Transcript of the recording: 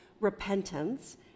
Repentance